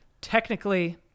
Technically